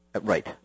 Right